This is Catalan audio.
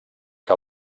que